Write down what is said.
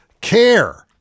care